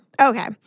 Okay